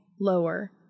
lower